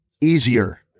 easier